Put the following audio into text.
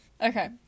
Okay